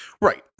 Right